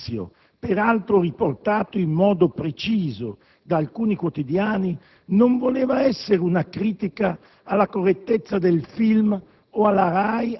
che il suo giudizio, peraltro riportato in modo preciso da alcuni quotidiani, non voleva essere una critica alla correttezza del film